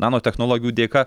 nanotechnologijų dėka